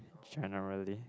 generally